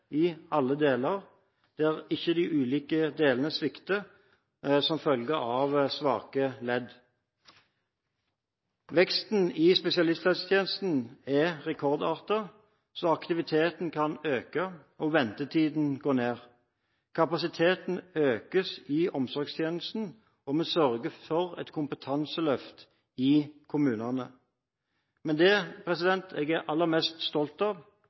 i alle deler, der ikke de ulike delene svikter som følge av svake ledd. Veksten i spesialisthelsetjenesten er rekordartet, så aktiviteten kan øke og ventetiden gå ned. Kapasiteten økes i omsorgstjenesten, og vi sørger for et kompetanseløft i kommunene. Men det jeg er aller mest stolt av,